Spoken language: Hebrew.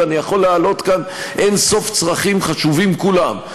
ואני יכול להעלות כאן אין-סוף צרכים חשובים כולם.